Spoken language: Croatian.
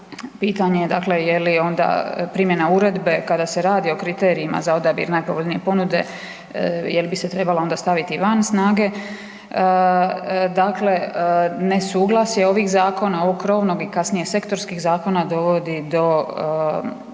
pitanje dakle je li onda primjena uredbe kada se radi o kriterijima za odabir najpovoljnije ponude, jel bi se trebalo onda staviti van snage, dakle nesuglasje ovih zakona, ovog krovnog i kasnije sektorskih zakona, dovodi do